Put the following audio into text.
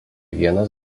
vienas